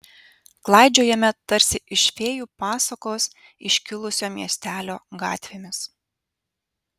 klaidžiojame tarsi iš fėjų pasakos iškilusio miestelio gatvėmis